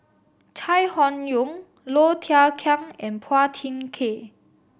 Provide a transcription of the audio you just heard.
Chai Hon Yoong Low Thia Khiang and Phua Thin Kiay